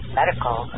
medical